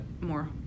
more